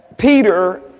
Peter